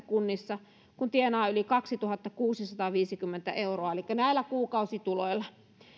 kunnissa kun tienaa yli kaksituhattakuusisataaviisikymmentä euroa elikkä näillä kuukausituloilla